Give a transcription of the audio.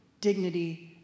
dignity